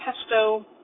pesto